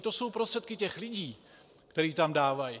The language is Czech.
To jsou prostředky těch lidí, které je tam dávají.